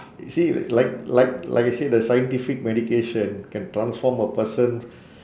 you see like like like I said the scientific medication can transform a person